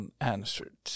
unanswered